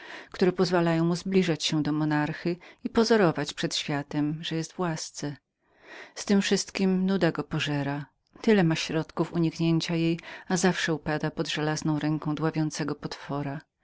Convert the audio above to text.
małoważnych sposobności zbliżania go do monarchy i pokazywania przed światem że jest w łasce z tem wszystkiem nuda go peżerapożera tyle ma środków uniknięcia jej ale zawsze upada pod żelazną ręką dławiącego go potworu